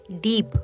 deep